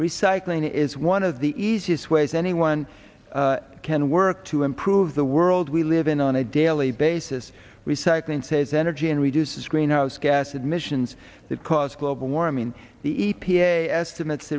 recycling is one of the easiest ways anyone can work to improve the world we live in on a daily basis recycling says energy and reduces greenhouse gas emissions that cause global warming the e p a estimates